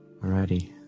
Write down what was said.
Alrighty